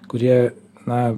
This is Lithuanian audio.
kurie na